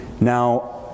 Now